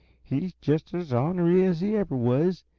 he's just as ornery as he ever was.